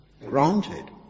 granted